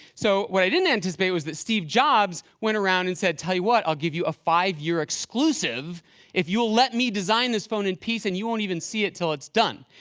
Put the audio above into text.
so what i didn't anticipate was that steve jobs went around and said, tell you what i'll give you a five-year exclusive if you'll let me design this phone in peace and you won't even see it till it's done.